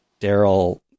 Daryl